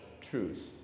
truth